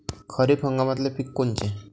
खरीप हंगामातले पिकं कोनते?